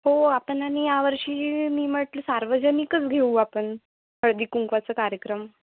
हो आपण आणि यावर्षी मी म्हटलं सार्वजनिकच घेऊ आपण हळदीकुंकवाचं कार्यक्रम